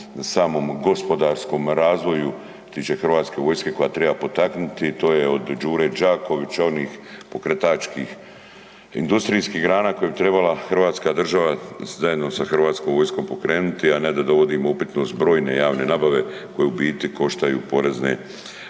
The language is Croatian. samom gospodarskom razvoju što se tiče hrvatske vojske kojeg treba potaknuti a to je od Đure Đakovića, onih pokretačkih industrijskih grana koje bi trebala hrvatska država zajedno sa hrvatskom vojskom pokrenuti a ne da dovodimo upitnost brojne javne nabave koje u biti koštaju porezne